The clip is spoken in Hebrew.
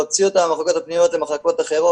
להוציא אותם מהמחלקות הפנימיות למחלקות אחרות.